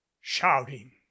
shouting